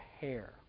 hair